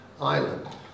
island